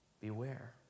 Beware